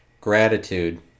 Gratitude